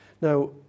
Now